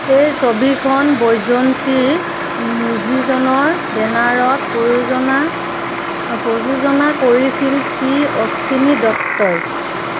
এই ছবিখন বৈজয়ন্তী মুভিজনৰ বেনাৰত প্ৰয়োজনা প্ৰযোজনা কৰিছিল শ্ৰী অশ্বিনী দত্তই